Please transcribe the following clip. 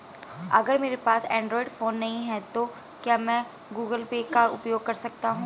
अगर मेरे पास एंड्रॉइड फोन नहीं है तो क्या मैं गूगल पे का उपयोग कर सकता हूं?